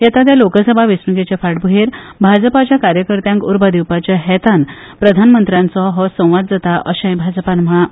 येता त्या लोकसभा वेंचणूकेच्या फांटभुयेर भाजपाच्या कार्यकर्त्यांक उर्बा दिवपाचे हेतान प्रधानमंत्र्याचो हो संवाद जाता अशें भाजपान म्हळां